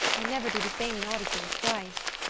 i never do the same naughty thing twice.